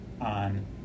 on